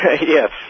yes